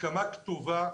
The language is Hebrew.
הסכמה כתובה.